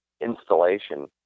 installation